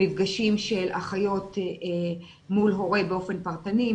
מפגשים של אחיות מול הורה באופן פרטני,